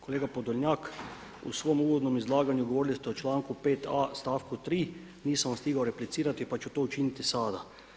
Kolega Podolonjak, u svom uvodnom izlaganju govorili ste o članku 5.a stavku 3. nisam vam stigao replicirati pa ću to učiniti sada.